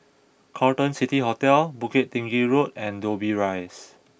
Carlton City Hotel Bukit Tinggi Road and Dobbie Rise